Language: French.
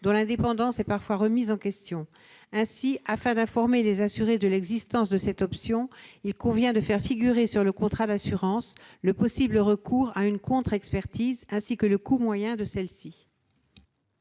dont l'indépendance est parfois remise en question. Afin d'informer les assurés de l'existence de cette option, il convient de faire figurer, sur le contrat d'assurance, le possible recours à une contre-expertise, ainsi que le coût moyen de celle-ci.